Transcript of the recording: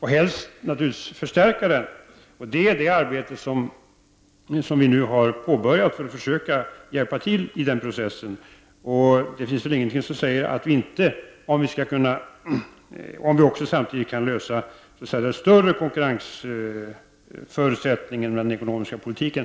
Vi har nu påbörjat arbetet med att försöka hjälpa till i den processen. Och det finns väl ingenting som säger att vi inte skall kunna klara det, om vi också samtidigt kan klara den större konkurrensförutsättningen — den ekonomiska politiken.